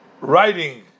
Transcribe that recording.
writing